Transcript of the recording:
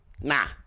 Nah